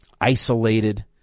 isolated